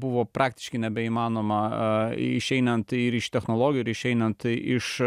buvo praktiškai nebeįmanoma a išeinant iš technologijų ir išeinant iš